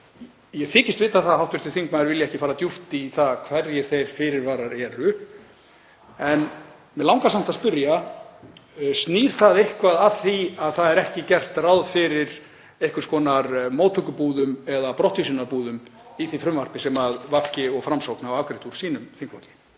Ég þykist vita að hv. þingmaður vilji ekki fara djúpt í það hverjir þeir fyrirvarar eru en mig langar samt að spyrja: Snýr það eitthvað að því að ekki er gert ráð fyrir einhvers konar móttökubúðum eða brottvísunarbúðum í því frumvarpi sem VG og Framsókn hafa afgreitt úr sínum þingflokkum?